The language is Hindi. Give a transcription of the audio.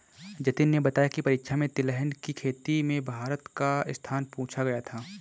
जतिन ने बताया की परीक्षा में तिलहन की खेती में भारत का स्थान पूछा गया था